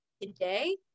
today